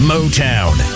Motown